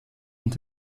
und